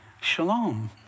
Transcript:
shalom